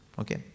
Okay